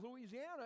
Louisiana